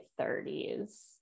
30s